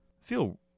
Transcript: feel